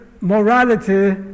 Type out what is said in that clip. morality